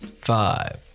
Five